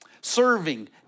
serving